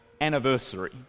anniversary